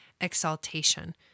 exaltation